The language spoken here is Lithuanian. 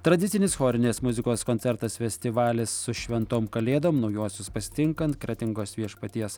tradicinis chorinės muzikos koncertas festivalis su šventom kalėdom naujuosius pasitinkant kretingos viešpaties